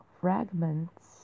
fragments